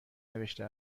نوشته